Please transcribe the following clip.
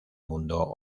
mundo